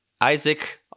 Isaac